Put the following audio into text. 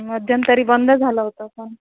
मध्यंतरी बंद झालं होतं पण